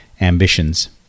ambitions